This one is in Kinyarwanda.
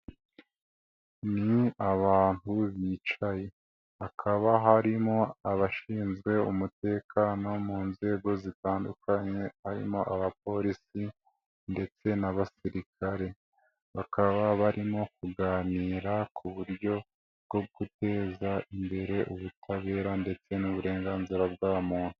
Ni abantu bicaye, hakaba harimo abashinzwe umutekano mu nzego zitandukanye, harimo abapolisi ndetse n'abasirikare, bakaba barimo kuganira kuburyo bwo guteza imbere ubutabera ndetse n'uburenganzira bwa muntu.